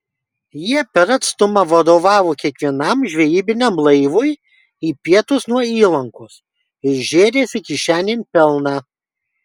jie per atstumą vadovavo kiekvienam žvejybiniam laivui į pietus nuo įlankos ir žėrėsi kišenėn pelną